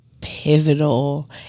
pivotal